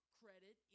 credit